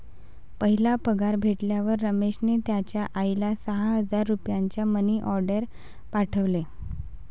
पहिला पगार भेटल्यावर रमेशने त्याचा आईला सहा हजार रुपयांचा मनी ओर्डेर पाठवले